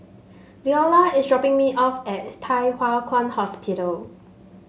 Veola is dropping me off at Thye Hua Kwan Hospital